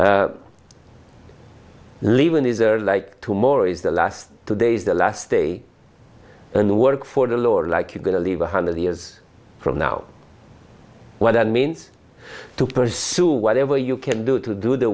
says leaving these are like two mores the last two days the last day and the work for the lord like you're going to live a hundred years from now when that means to pursue whatever you can do to do the